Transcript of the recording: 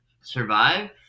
survive